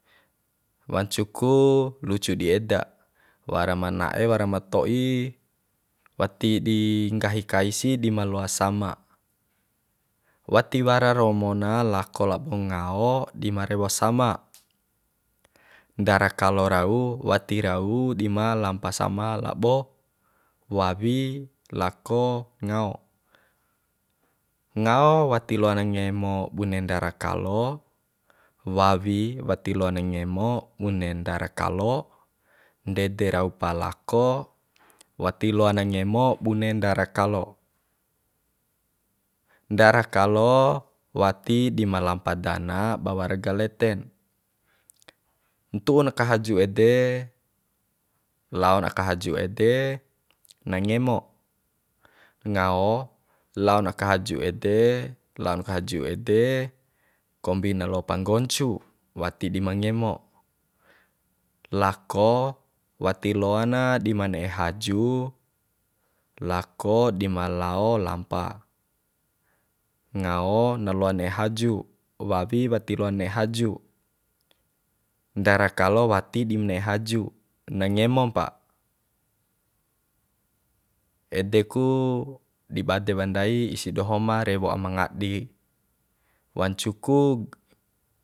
Wancu ku lucu di eda wara ma na'e wara ma to'i wati di nggahi kai si di maloa sama wati wara romo na lako lao ngao di ma rewo sama ndara kalo rau wati rau di ma lampa sama labo wawi lako ngao ngao wati loa na ngemo bune ndara kalo wawi wati loa na ngemo bune ndara kalo ndede rau pa lako wati loa na ngemo bune ndara kalo ndara kalo wati di ma lampa dana ba wara galeten ntu'u aka haju ede laon aka haju ede na ngemo ngao laon aka haju ede laon ka haju ede kombi na loa pa nggoncu wati di ma ngemo lako wati loana di ma ne'e haju lako dima lao lampa ngao na loa ne'e haju wawi wati loan ne'e haju ndara kalo wati dim ne'e haju na ngemo mpa ede ku di bade ba ndai isi doho ma rewo aima ngadi wancu ku